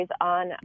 on